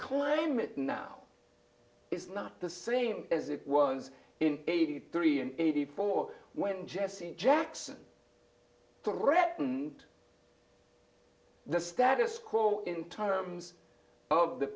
climate now is not the same as it was in eighty three in eighty four when jesse jackson took the status quo in terms of the